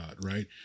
Right